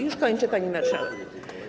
Już kończę, pani marszałek.